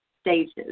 stages